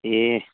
ए